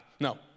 No